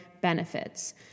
benefits